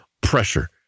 pressure